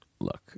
look